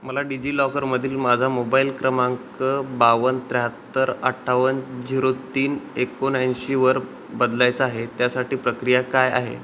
मला डिजिलॉकरमधील माझा मोबाईल क्रमांक बावन्न त्र्याहत्तर अठ्ठावन्न झिरो तीन एकोणऐंशीवर बदलायचा आहे त्यासाठी प्रक्रिया काय आहे